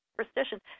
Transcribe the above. superstition